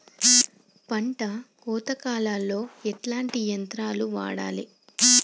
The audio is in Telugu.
పంట కోత కాలాల్లో ఎట్లాంటి యంత్రాలు వాడాలే?